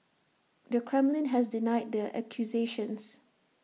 the Kremlin has denied the accusations